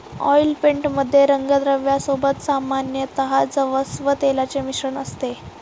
oil paint मध्ये रंगद्रव्या सोबत सामान्यतः जवस तेलाचे मिश्रण असते